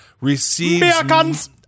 receives